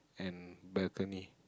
and balcony